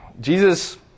Jesus